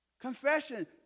Confession